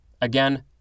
again